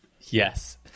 Yes